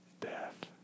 Death